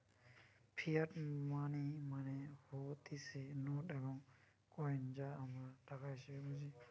fiat money মানে হতিছে note এবং কইন যা আমরা টাকা হিসেবে বুঝি